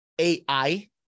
AI